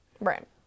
Right